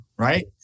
right